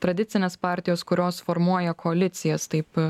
tradicinės partijos kurios formuoja koalicijas taip